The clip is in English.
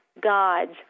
God's